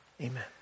Amen